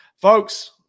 Folks